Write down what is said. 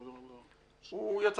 אני שמח